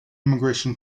immigration